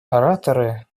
ораторы